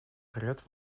gered